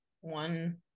One